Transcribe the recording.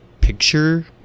picture